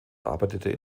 arbeitete